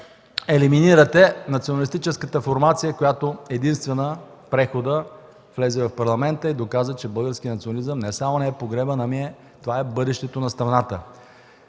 елиминирате националистическата формация, която единствена в прехода влезе в Парламента и доказа, че българският национализъм не само не е погребан, но е бъдещето на страната.